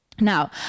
Now